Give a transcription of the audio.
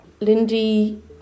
Lindy